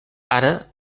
ara